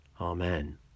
Amen